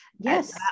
yes